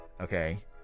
okay